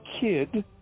kid